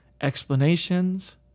explanations